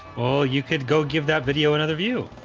or you could go give that video another view.